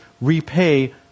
repay